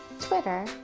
Twitter